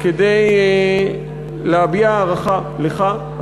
כדי להביע הערכה לך,